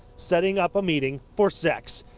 setting up a meeting for sex.